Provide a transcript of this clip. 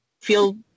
feel